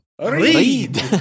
read